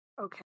Okay